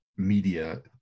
Media